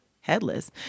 headless